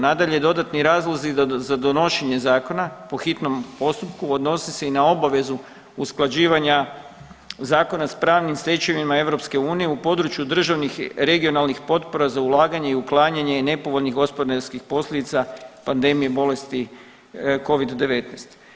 Nadalje, dodatni razlozi za donošenje zakona po hitnom postupku odnosi se i na obavezu usklađivanja zakona s pravnim stečevinama EU u području državnih i regionalnih potpora za ulaganje i uklanjanje nepovoljnih gospodarskih posljedica pandemije bolesti covid-19.